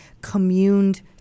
communed